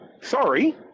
sorry